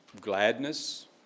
gladness